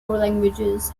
languages